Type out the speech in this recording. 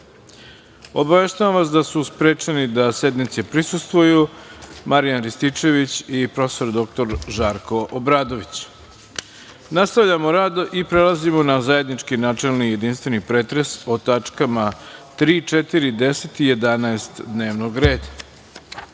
skupštine. Obaveštavam vas da su sprečeni da sednici prisustvuju Marijan Rističević i prof. dr Žarko Obradović. Nastavljamo rad i prelazimo na zajednički načelni i jedinstveni pretres po tačkama 3, 4, 10. i 11. dnevnog